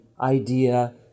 idea